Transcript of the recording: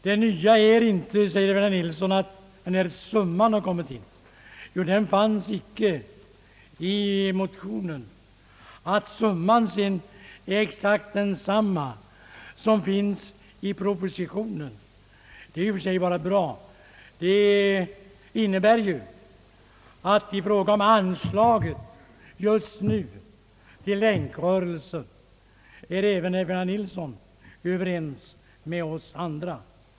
Det nya är inte, säger h rr Nilsson, att den här summan har kommit in. Men den fanns inte i m tionen. Att summan sedan är exakt de samma som finns i propositionen är i och för sig bra. Det innebär ju att i f åga om anslaget just nu till Länkröre sen är även herr Ferdinand Nilsson ”verens med oss andra.